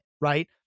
right